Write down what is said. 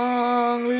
Long